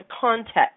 context